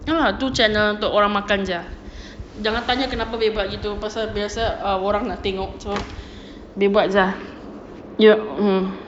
no lah tu channel untuk orang makan jer jangan tanya kenapa boleh buat gitu pasal biasa ah orang nak tengok so dia buat jer ah dia um